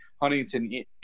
huntington